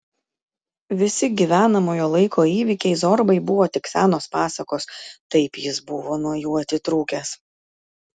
visi gyvenamojo laiko įvykiai zorbai buvo tik senos pasakos taip jis buvo nuo jų atitrūkęs